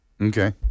Okay